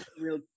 real